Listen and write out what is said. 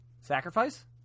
sacrifice